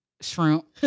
shrimp